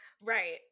Right